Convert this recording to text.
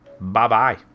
Bye-bye